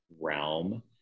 realm